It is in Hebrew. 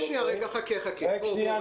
המכרז